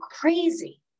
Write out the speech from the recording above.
crazy